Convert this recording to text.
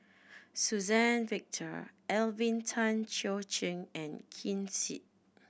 Suzann Victor Alvin Tan Cheong Kheng and Ken Seet